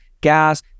gas